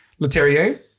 Leterrier